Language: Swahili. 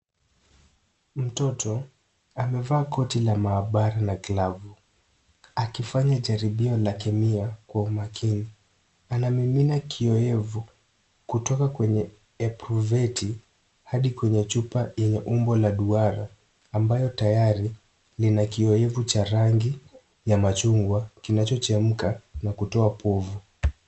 Mtoto amevaa koti la maabara na glavu akifanya jaribio la kemia kwa umakini. Anamimina kioevu kutoka kwenye epruveti hadi kwenye chupa yenye umbo la duara ambayo tayari lina kioevu cha rangi ya machungwa kinachochemka na kutoa povu.